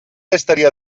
estaria